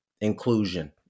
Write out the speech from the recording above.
Inclusion